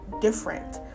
different